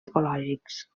ecològics